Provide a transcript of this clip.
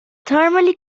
thermally